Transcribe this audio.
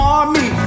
Army